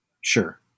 Sure